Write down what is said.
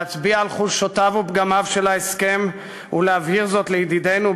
להצביע על חולשותיו ופגמיו של ההסכם ולהבהיר זאת לידידינו,